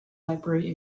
library